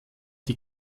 die